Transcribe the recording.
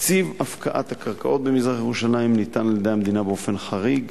תקציב הפקעת הקרקעות במזרח-ירושלים ניתן על-ידי המדינה באופן חריג.